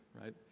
right